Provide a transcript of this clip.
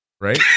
Right